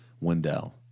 Wendell